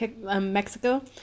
Mexico